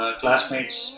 classmates